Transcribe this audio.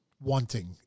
wanting